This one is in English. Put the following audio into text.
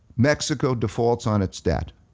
mexico defaults on its debt